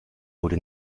wurde